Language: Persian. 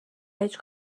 هیچ